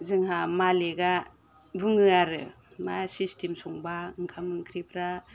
जोंहा मालिखआ बुङो आरो मा सिसटेम संब्ला ओंखाम ओंख्रिफ्रा